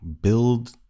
build